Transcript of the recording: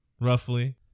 roughly